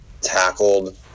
tackled